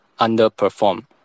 underperform